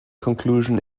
conclusion